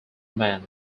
man